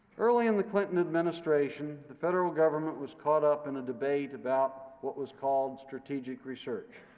early in the clinton administration, the federal government was caught up in a debate about what was called strategic research.